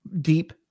deep